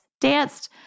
danced